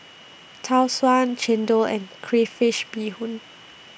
Tau Suan Chendol and Crayfish Beehoon